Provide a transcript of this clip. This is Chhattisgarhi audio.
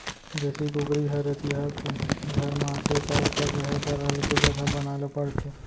देसी कुकरी ह रतिहा कुन घर म आथे त ओकर रहें बर अलगे जघा बनाए ल परथे